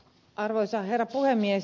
arvoisa herra puhemies